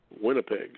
Winnipeg